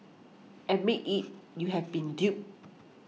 admit it you have been duped